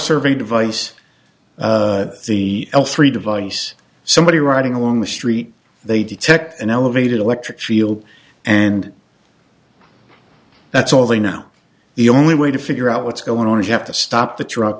survey device the three device somebody riding along the street they detect an elevated electric field and that's all they know the only way to figure out what's going on is you have to stop the truck